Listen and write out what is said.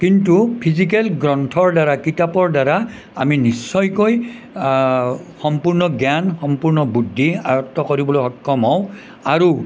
কিন্তু ফিজিকেল গ্ৰন্থৰ দ্বাৰা কিতাপৰ দ্বাৰা আমি নিশ্চয়কৈ সম্পূৰ্ণ জ্ঞান সম্পূৰ্ণ বুদ্ধি আয়ত্ত কৰিবলৈ সক্ষম হওঁ আৰু